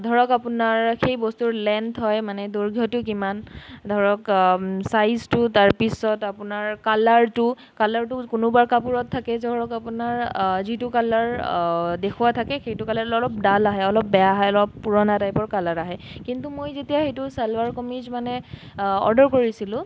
ধৰক আপোনাৰ সেই বস্তুৰ লেংথ হয় মানে দৈৰ্ঘ্য়টো কিমান ধৰক চাইজটো তাৰপিছত আপোনাৰ কালাৰাটো কালাৰটো কোনোবা কাপোৰত থাকে ধৰক আপোনাৰ যিটো কালাৰ দেখুওঁৱা থাকে সেইটো কালাৰ ল'লে অলপ দাল আহে অলপ বেয়া আহে অলপ পুৰণা টাইপৰ কালাৰ আহে কিন্তু মই যেতিয়া সেইটো চালৱাৰ কামিজ মানে অৰ্ডাৰ কৰিছিলোঁ